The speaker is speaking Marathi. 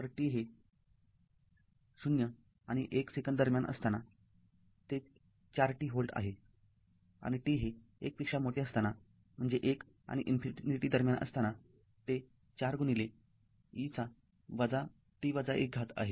तर t हे ० आणि १ सेकंद दरम्यान असताना ते ४t व्होल्ट आहे आणि t हे १ पेक्षा मोठे असताना म्हणजे १ आणि इन्फिनिटी दरम्यान असताना ते ४ e -t १ आहे